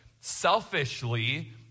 selfishly